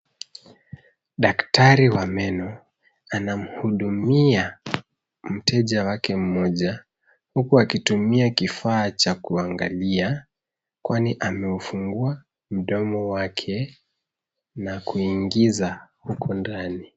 Daktari wa meno, anamhudumia mteja wake mmoja huku akitumia kifaa cha kuangalia, kwani ameufungua mdomo wake na kuingiza huko ndani.